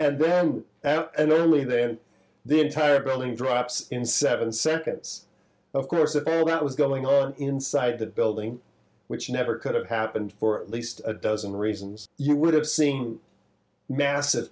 and then and only then the entire building drops in seven seconds of course a bang that was going on inside the building which never could have happened for at least a dozen reasons you would have seen massive